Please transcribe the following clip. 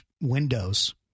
windows